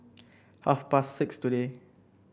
half past six today